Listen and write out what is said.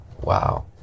Wow